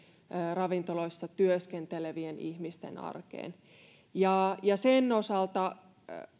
ravintoloissa työskentelevien ihmisten arkeen sen osalta